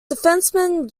defenceman